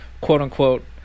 quote-unquote